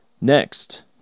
Next